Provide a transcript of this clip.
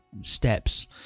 Steps